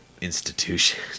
Institution